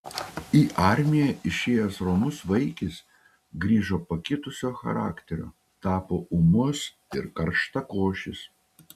į armiją išėjęs romus vaikis grįžo pakitusio charakterio tapo ūmus ir karštakošis